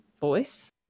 voice